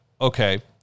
Okay